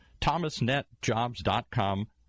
thomasnetjobs.com